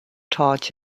taught